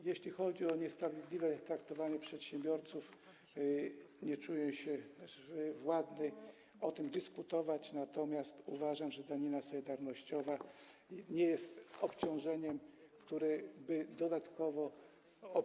Jeśli chodzi o niesprawiedliwe traktowanie przedsiębiorców, nie czuję się władny o tym dyskutować, natomiast uważam, że danina solidarnościowa nie jest dodatkowym obciążeniem dla tych osób.